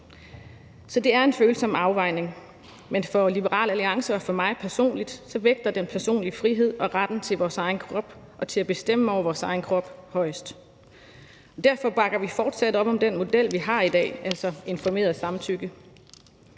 Så det er en følsom afvejning. Men for Liberal Alliance og for mig personligt vægter den personlige frihed og retten til vores egen krop og til at bestemme over vores egen krop højest. Derfor bakker vi fortsat op om den model, vi har i dag, altså informeret samtykke.